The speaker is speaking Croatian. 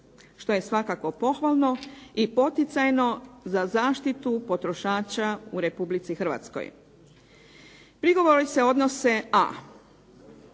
što je svakako pohvalno i poticajno za zaštitu potrošača u Republici Hrvatskoj. Prigovori se odnose: